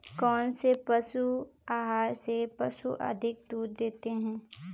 कौनसे पशु आहार से पशु अधिक दूध देते हैं?